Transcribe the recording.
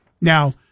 Now